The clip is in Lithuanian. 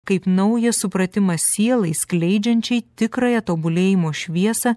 kaip naują supratimą sielai skleidžiančiai tikrąją tobulėjimo šviesą